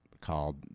called